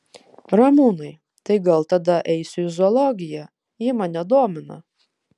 ramūnai tai gal tada eisiu į zoologiją ji mane domina